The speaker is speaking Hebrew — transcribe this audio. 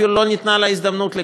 אפילו לא ניתנה לה הזדמנות לכך.